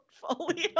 portfolio